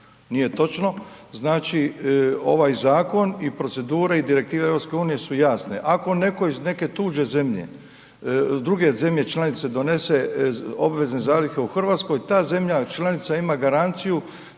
Nije točno. Znači, ovaj zakon i procedure i direktive EU su jasne. Ako netko iz neke tuđe zemlje, druge zemlje članice donese obvezne zalihe u Hrvatskoj, ta zemlja članica ima garanciju